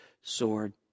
sword